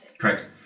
Correct